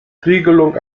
regelung